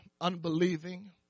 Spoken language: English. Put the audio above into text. unbelieving